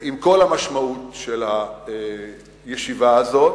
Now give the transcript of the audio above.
עם כל המשמעות של הישיבה הזאת.